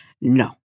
No